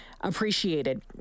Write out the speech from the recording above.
appreciated